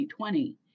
2020